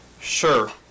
Sure